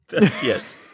Yes